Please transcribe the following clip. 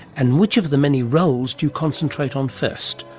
and which of the many roles do you concentrate on first?